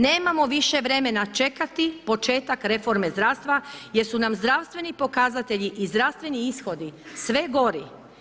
Nemamo više vremena čekati početak reforme zdravstva jer su nam zdravstveni pokazatelji i zdravstveni ishodi sve gori.